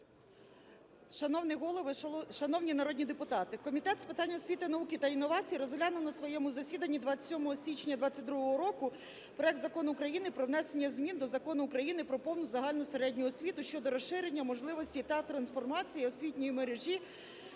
Шановний Голово, шановні народні депутати, Комітет з питань освіти, науки та інновацій розглянув на своєму засіданні 27 січня 22-го року проект Закону України про внесення змін до Закону України "Про повну загальну середню освіту" щодо розширення можливостей для трансформації освітньої мережі